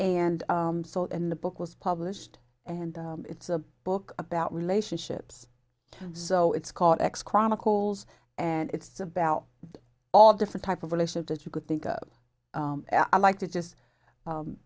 and so in the book was published and it's a book about relationships so it's called x chronicles and it's about all different type of relationship that you could think of i like to just